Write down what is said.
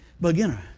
beginner